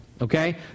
Okay